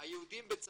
היהודים בצרפת,